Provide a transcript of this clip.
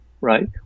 right